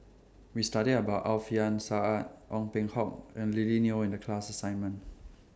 We studied about Alfian Sa'at Ong Peng Hock and Lily Neo in The class assignment